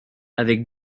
avec